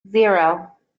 zero